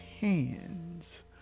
hands